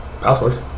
password